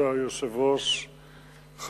שהודעת יושב-ראש ועדת הכנסת התקבלה.